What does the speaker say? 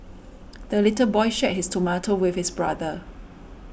the little boy shared his tomato with his brother